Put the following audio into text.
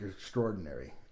extraordinary